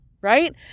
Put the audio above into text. right